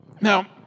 Now